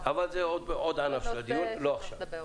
אבל זה עוד ענף של הדיון, לא עכשיו.